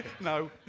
No